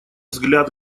взгляд